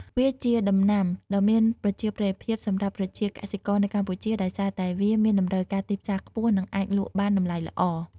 វាជាដំណាំដ៏មានប្រជាប្រិយភាពសម្រាប់ប្រជាកសិករនៅកម្ពុជា ដោយសារតែវាមានតម្រូវការទីផ្សារខ្ពស់ និងអាចលក់បានតម្លៃល្អ។